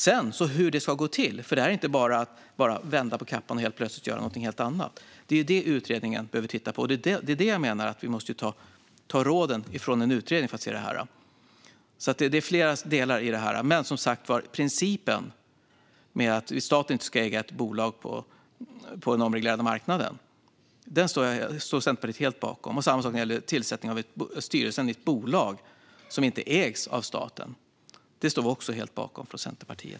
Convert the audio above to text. Hur detta ska gå till - för här är det ju inte bara att vända kappan och helt plötsligt göra något helt annat - är det som utredningen behöver titta på, och det är det jag menar att vi måste ta råd av en utredning för att se. Det är alltså flera delar i detta, men principen att staten inte ska äga bolag på den omreglerade marknaden står Centerpartiet helt bakom. Samma sak när det gäller tillsättningen av styrelsen i ett bolag som inte ägs av staten. Det står Centerpartiet också helt bakom.